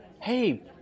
hey